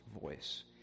voice